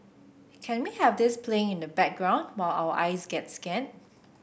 can we have this playing in the background while our eyes get scanned